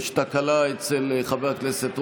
יש תקלה אצל חבר הכנסת רוטמן.